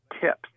tips